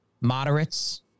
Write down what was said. moderates